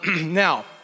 Now